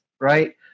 right